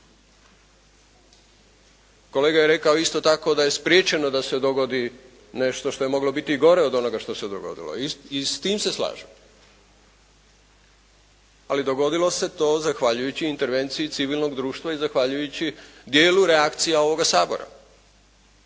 Kolega je rekao isto tako da je spriječeno da se dogodi nešto što je moglo biti i gore od onoga što se dogodilo, i s tim se slažem, ali dogodilo se to zahvaljujući intervenciji civilnog društva i zahvaljujući dijelu reakcija ovoga Sabora,